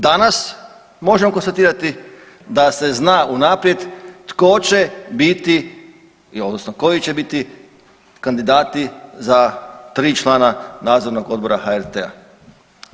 Danas možemo konstatirati da se zna unaprijed tko će biti, odnosno koji će biti kandidati za 3 člana Nadzornog odbora HRT-a.